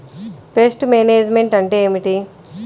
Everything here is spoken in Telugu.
పెస్ట్ మేనేజ్మెంట్ అంటే ఏమిటి?